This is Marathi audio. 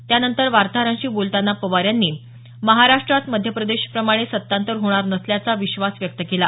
त्यानंतर वार्ताहरांशी बोलताना पवार यांनी महाराष्ट्रात मध्य प्रदेशाप्रमाणे सत्तांतर होणार नसल्याचा विश्वास व्यक्त केला